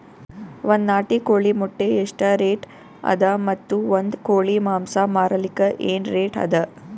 ಒಂದ್ ನಾಟಿ ಕೋಳಿ ಮೊಟ್ಟೆ ಎಷ್ಟ ರೇಟ್ ಅದ ಮತ್ತು ಒಂದ್ ಕೋಳಿ ಮಾಂಸ ಮಾರಲಿಕ ಏನ ರೇಟ್ ಅದ?